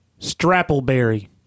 Strappleberry